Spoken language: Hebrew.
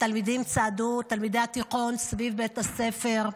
תלמידי התיכון צעדו סביב בית הספר,